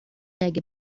اگه